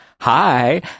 Hi